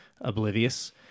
oblivious